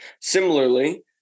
Similarly